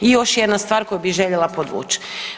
I još jedna stvar koju bi željela podvuć.